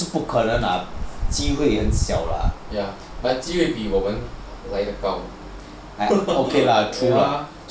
不是不可能 lah 机会很小 lah but 机会比我们来的高 okay lah true lah